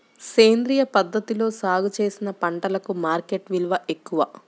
సేంద్రియ పద్ధతిలో సాగు చేసిన పంటలకు మార్కెట్ విలువ ఎక్కువ